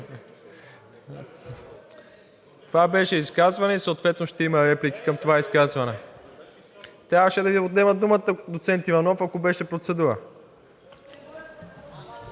Това беше изказване и съответно ще има реплики към това изказване. (Шум и реплики.) Трябваше да Ви отнема думата, доцент Иванов, ако беше процедура.